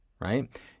right